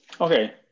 okay